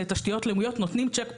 לתשתיות לאומיות נותנים צ'ק פתוח.